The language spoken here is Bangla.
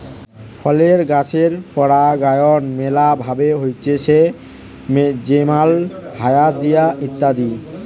ফলের গাছের পরাগায়ন ম্যালা ভাবে হতিছে যেমল হায়া দিয়ে ইত্যাদি